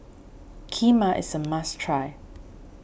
Kheema is a must try